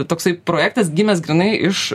toksai projektas gimęs grynai iš